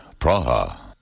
Praha